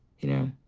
you know.